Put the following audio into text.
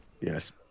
Yes